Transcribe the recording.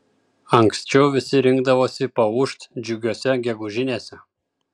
anksčiau visi rinkdavosi paūžt džiugiose gegužinėse